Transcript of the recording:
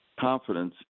confidence